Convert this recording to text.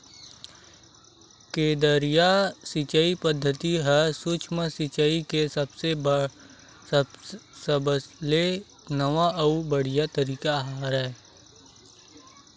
केदरीय सिचई पद्यति ह सुक्ष्म सिचाई के सबले नवा अउ बड़िहा तरीका हरय